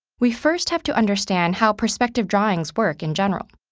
we first have to understand how perspective drawings work in general.